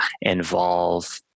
involve